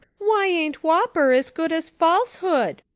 why ain't whopper as good as falsehood?